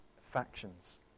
factions